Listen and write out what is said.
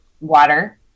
water